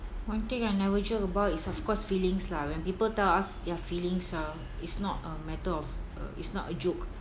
one thing I never joke about is of course feelings lah when people tell us their feelings uh it's not a matter of uh it's not a joke